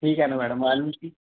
ठीक आहे ना मॅडम मग आणखी